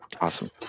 Awesome